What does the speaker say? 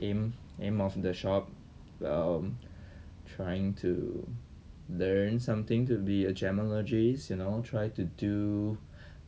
aim aim of the shop um trying to learning something to be a gemologists you know try to do